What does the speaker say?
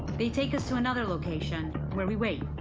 they take us to another location where we wait.